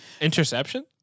Interception